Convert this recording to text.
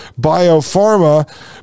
Biopharma